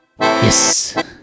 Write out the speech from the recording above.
Yes